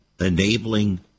enabling